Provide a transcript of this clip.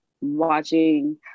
watching